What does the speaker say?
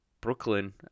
Brooklyn